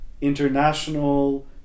international